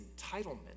entitlement